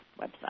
website